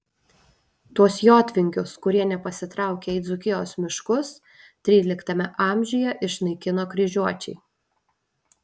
tuos jotvingius kurie nepasitraukė į dzūkijos miškus tryliktame amžiuje išnaikino kryžiuočiai